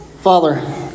Father